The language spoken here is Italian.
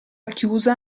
chiusa